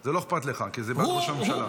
זה לא אכפת לך, כי זה בעד ראש הממשלה?